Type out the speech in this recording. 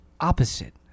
opposite